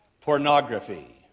pornography